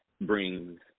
brings